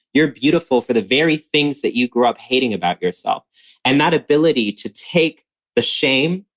you're beautiful for the very things that you grew up hating about yourself and that ability to take the shame,